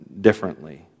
differently